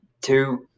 two